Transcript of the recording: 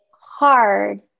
hard